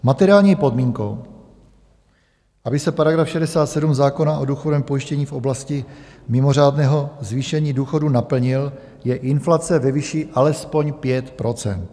Materiální podmínkou, aby se § 67 zákona o důchodovém pojištění v oblasti mimořádného zvýšení důchodů naplnil, je inflace ve výši alespoň 5 %.